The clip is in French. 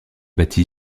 bâti